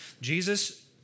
Jesus